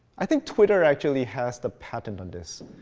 i think twitter actually has the patent on this,